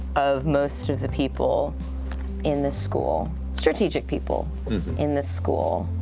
of most of the people in this school, strategic people in this school.